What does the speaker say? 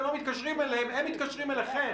לא מתקשרים אליהם הם מתקשרים אליכם.